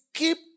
Keep